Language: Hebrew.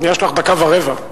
יש לך דקה ורבע.